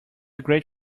great